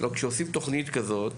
הלא כשעושים תוכנית כזאת,